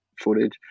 footage